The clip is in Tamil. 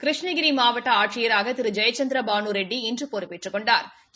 கிருஷ்ணகிரி மாவட்ட ஆட்சியராக திரு ஜெயசந்திரபானு ரெட்டி இன்று பொறுப்பேற்றுக் கொண்டாா்